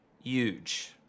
huge